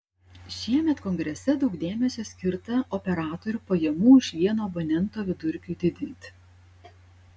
šiemet kongrese daug dėmesio skirta operatorių pajamų iš vieno abonento vidurkiui didinti